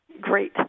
Great